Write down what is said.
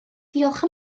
diolch